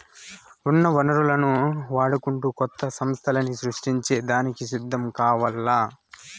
ఉన్న వనరులను వాడుకుంటూ కొత్త సమస్థల్ని సృష్టించే దానికి సిద్ధం కావాల్ల